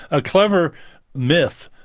a clever myth,